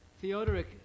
Theodoric